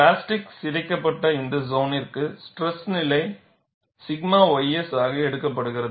plastic சிதைக்கப்பட்ட இந்த சோனிற்கு ஸ்ட்ரெஸ் நிலை 𝛔 ys ஆக எடுக்கப்படுகிறது